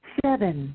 seven